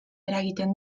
eragiten